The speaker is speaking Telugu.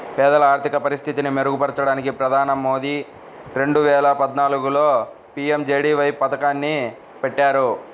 పేదల ఆర్థిక పరిస్థితిని మెరుగుపరచడానికి ప్రధాని మోదీ రెండు వేల పద్నాలుగులో పీ.ఎం.జే.డీ.వై పథకాన్ని పెట్టారు